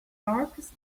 darkest